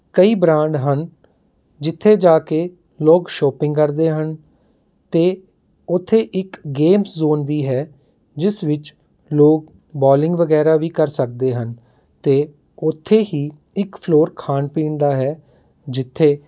ਕਈ ਬ੍ਰਾਂਡ ਹਨ ਜਿੱਥੇ ਜਾ ਕੇ ਲੋਕ ਸ਼ੋਪਿੰਗ ਕਰਦੇ ਹਨ ਅਤੇ ਉੱਥੇ ਇੱਕ ਗੇਮਸ ਜ਼ੋਨ ਵੀ ਹੈ ਜਿਸ ਵਿੱਚ ਲੋਕ ਬੋਲਿੰਗ ਵਗੈਰਾ ਵੀ ਕਰ ਸਕਦੇ ਹਨ ਅਤੇ ਉੱਥੇ ਹੀ ਇੱਕ ਫਲੋਰ ਖਾਣ ਪੀਣ ਦਾ ਹੈ ਜਿੱਥੇ